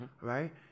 right